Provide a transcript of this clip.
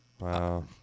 Wow